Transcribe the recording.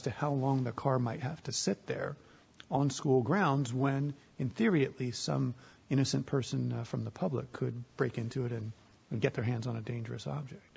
to how long the car might have to sit there on school grounds when in theory at least some innocent person from the public could break into it and get their hands on a dangerous object